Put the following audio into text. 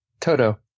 Toto